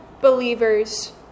believers